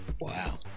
Wow